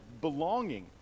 belonging